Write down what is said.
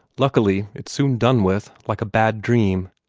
luckily it's soon done with like a bad dream.